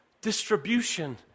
distribution